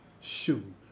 Shoot